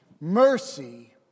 Mercy